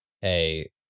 hey